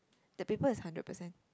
the paper is hundred percent